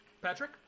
patrick